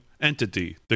entity